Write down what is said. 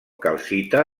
calcita